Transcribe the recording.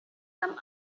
some